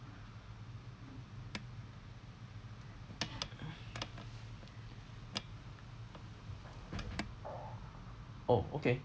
oh okay